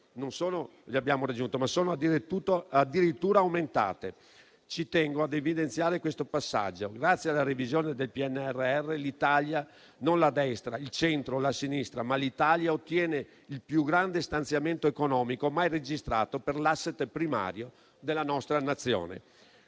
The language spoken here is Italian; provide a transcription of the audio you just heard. non solo le abbiamo raggiunte, ma sono addirittura aumentate. Ci tengo ad evidenziare questo passaggio: grazie alla revisione del PNRR, l'Italia (non la destra, il centro o la sinistra, ma l'Italia) ottiene il più grande stanziamento economico mai registrato per l'*asset* primario della nostra Nazione.